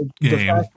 game